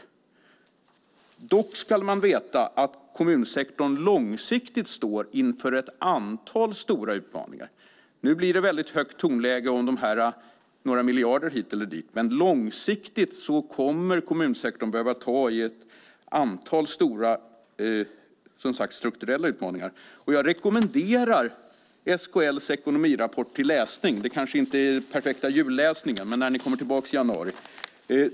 Dock ska man veta att kommunsektorn långsiktigt står inför ett antal stora utmaningar. Nu blir det väldigt högt tonläge om några miljarder hit eller dit. Men långsiktigt kommer kommunsektorn att behöva anta ett antal stora, som sagt, strukturella utmaningar. Och jag rekommenderar SKL:s ekonomirapport till läsning. Den kanske inte är den perfekta julläsningen, men ni kan läsa den när ni kommer tillbaka i januari.